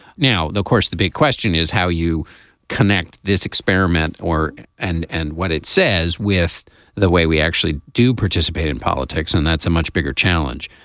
now of course the big question is how you connect this experiment or and and what it says with the way we actually do participate in politics and that's a much bigger challenge.